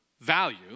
value